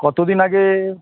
কতদিন আগে